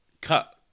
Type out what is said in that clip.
cut